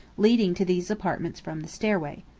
leading to these apartments from the stairway.